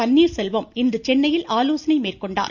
பன்னீர்செல்வம் இன்று சென்னையில் ஆலோசனை மேற்கொண்டார்